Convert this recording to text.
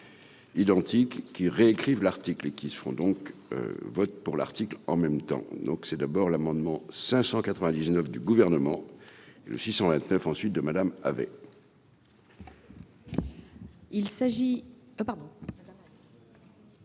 Identique qui réécrivent l'article qui seront donc vote pour l'article en même temps, donc c'est d'abord l'amendement 599 du gouvernement et le 629 ensuite de Madame avec.